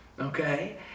okay